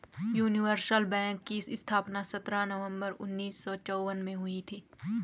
universal bank की स्थापना सत्रह नवंबर उन्नीस सौ चौवन में हुई थी